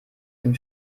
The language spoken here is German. dem